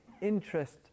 interest